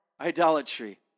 idolatry